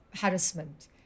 harassment